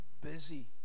busy